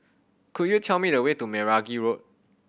could you tell me the way to Meragi Road